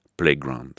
Playground